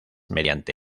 mediante